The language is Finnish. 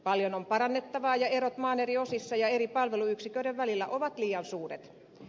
paljon on parannettavaa ja erot maan eri osissa ja eri palveluyksiköiden välillä ovat liian suuret